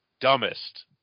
dumbest